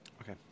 Okay